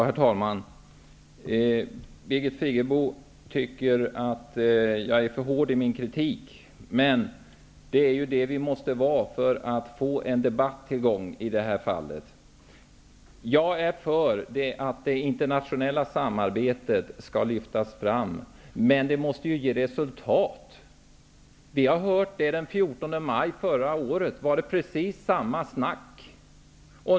Herr talman! Birgit Friggebo tycker att jag är för hård i min kritik. Det är ju det vi måste vara för att få i gång en debatt. Jag är för att det internationella samarbetet skall lyftas fram, men det måste ju ge resultat! I debatten den 14 maj förra året var det precis samma snack.